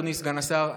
אדוני סגן השר,